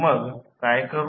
मग आपण काय करू